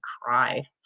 cry